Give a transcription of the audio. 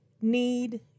need